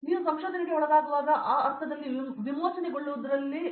ಆದರೆ ನೀವು ಸಂಶೋಧನೆಗೆ ಒಳಗಾಗುವಾಗ ಆ ಅರ್ಥದಲ್ಲಿ ವಿಮೋಚನೆಗೊಳ್ಳುವುದರಲ್ಲಿ